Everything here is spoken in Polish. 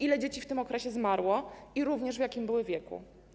Ile dzieci w tym okresie zmarło i również w jakim były wieku?